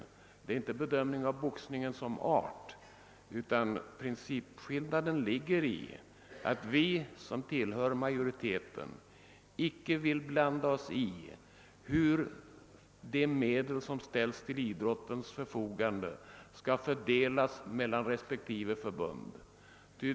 Principskillnaden gäller inte boxningen som art, utan den består däri att vi som tillhör majoriteten inte vill blanda oss i hur de medel som ställs till idrottens förfogande skall fördelas mellan respektive förbund.